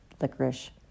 licorice